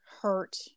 hurt